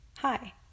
Hi